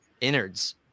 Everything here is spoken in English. innards